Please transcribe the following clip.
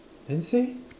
then say